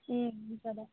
ए हुन्छ त